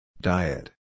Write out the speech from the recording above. Diet